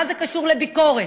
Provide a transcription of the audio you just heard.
מה זה קשור לביקורת?